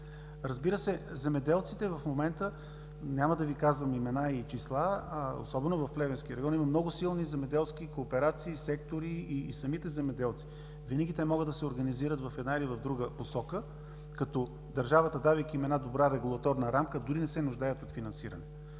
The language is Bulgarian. Разбира се, земеделците в момента, няма да Ви казвам имена и числа, особено в Плевенския регион има много силни земеделски кооперации и сектори. Самите земеделци винаги могат да се организират в една или в друга посока, като държавата им дава една добра регулаторна рамка, но те дори не се нуждаят от финансиране.